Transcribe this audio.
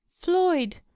floyd